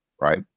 right